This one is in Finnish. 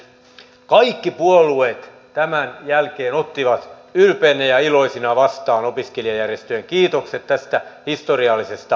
kaikki puolueet tämän jälkeen ottivat ylpeinä ja iloisina vastaan opiskelijajärjestöjen kiitokset tästä historiallisesta linjauksesta